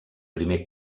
primer